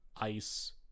ice